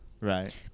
Right